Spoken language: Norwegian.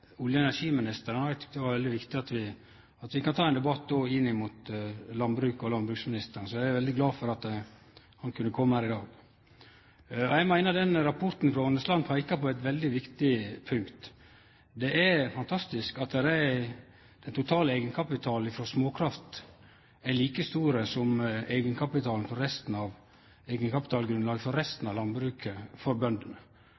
olje- og energiministeren, og eg tykte det var veldig viktig at vi òg kunne ta ein debatt inn mot landbruket med landbruksministeren. Så eg er veldig glad for at han kunne kome her i dag. Eg meiner at den rapporten frå Aanesland peikar på eit veldig viktig punkt. Det er fantastisk at den totale eigenkapitalen frå småkraft er like stor som eigenkapitalgrunnlaget frå resten av landbruket for